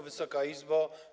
Wysoka Izbo!